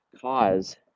cause